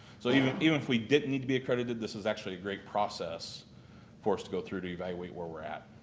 so even even if we didn't need to be accredited, this is actually a great process for us to go through to evaluate where we're at.